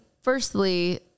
firstly